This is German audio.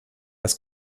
das